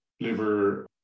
liver